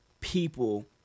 people